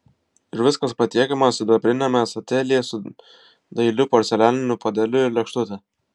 ir viskas patiekiama sidabriniame ąsotėlyje su dailiu porcelianiniu puodeliu ir lėkštute